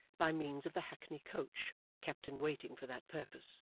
by means of the hackney-coach kept in waiting for that purpose.